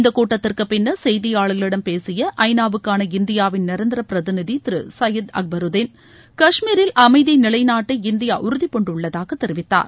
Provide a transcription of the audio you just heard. இந்த கூட்டத்திற்கு பின்னர் செய்தியாளர்களிடம் பேசிய ஐநாவுக்கான இந்தியாவின் நிரந்தர பிரதிநிதி திரு சையத் அக்பருதீன் கஷ்மீரில் அமைதியை நிலைநாட்ட இந்தியா உறுதிபூண்டுள்ளதாக தெரிவித்தார்